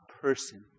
person